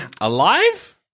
Alive